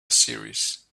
series